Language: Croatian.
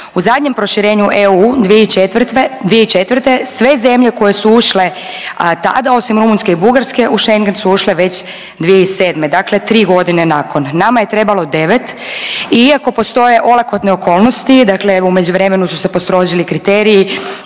U zadnjem proširenju EU 2004. sve zemlje koje su ušle tada osim Rumunjske i Bugarske u Schengen su ušle već 2007., dakle 3.g. nakon, nama je trebalo 9 iako postoje olakotne okolnosti, dakle u međuvremenu su se postrožili kriteriji